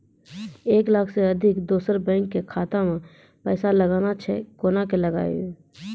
एक लाख से अधिक दोसर बैंक के खाता मे पैसा लगाना छै कोना के लगाए?